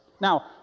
Now